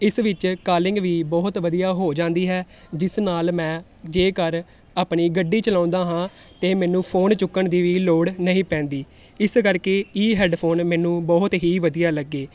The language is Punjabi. ਇਸ ਵਿੱਚ ਕਾਲਿੰਗ ਵੀ ਬਹੁਤ ਵਧੀਆ ਹੋ ਜਾਂਦੀ ਹੈ ਜਿਸ ਨਾਲ ਮੈਂ ਜੇਕਰ ਆਪਣੀ ਗੱਡੀ ਚਲਾਉਂਦਾ ਹਾਂ ਅਤੇ ਮੈਨੂੰ ਫ਼ੋਨ ਚੁੱਕਣ ਦੀ ਵੀ ਲੋੜ ਨਹੀਂ ਪੈਂਦੀ ਇਸ ਕਰਕੇ ਇਹ ਹੈਡਫੋਨ ਮੈਨੂੰ ਬਹੁਤ ਹੀ ਵਧੀਆ ਲੱਗੇ